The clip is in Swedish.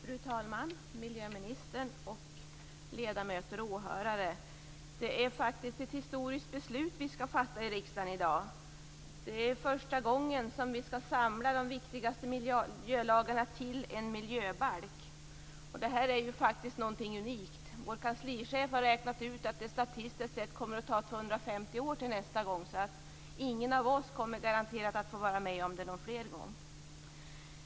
Fru talman! Miljöministern! Ledamöter och åhörare! Det är faktiskt ett historiskt beslut som vi skall fatta i riksdagen i dag. Det är första gången som vi skall samla de viktigaste miljölagarna till en miljöbalk. Det här är faktiskt någonting unikt. Vår kanslichef har räknat ut att det statistiskt sett kommer att dröja 250 år till nästa gång. Ingen av oss kommer garanterat att få vara med om det någon mer gång.